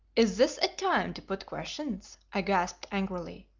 is this a time to put questions? i gasped angrily.